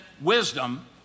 wisdom